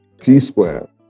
P-Square